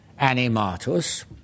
animatus